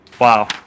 wow